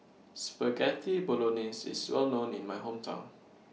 Spaghetti Bolognese IS Well known in My Hometown